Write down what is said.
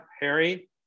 Harry